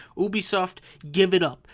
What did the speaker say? ubisoft, give it up.